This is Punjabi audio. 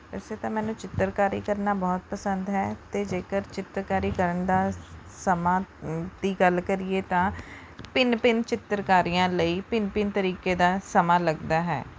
ਵੈਸੇ ਤਾਂ ਮੈਨੂੰ ਚਿੱਤਰਕਾਰੀ ਕਰਨਾ ਬਹੁਤ ਪਸੰਦ ਹੈ ਅਤੇ ਜੇਕਰ ਚਿੱਤਰਕਾਰੀ ਕਰਨ ਦਾ ਸਮਾਂ ਦੀ ਗੱਲ ਕਰੀਏ ਤਾਂ ਭਿੰਨ ਭਿੰਨ ਚਿੱਤਰਕਾਰੀਆਂ ਲਈ ਭਿੰਨ ਭਿੰਨ ਤਰੀਕੇ ਦਾ ਸਮਾਂ ਲੱਗਦਾ ਹੈ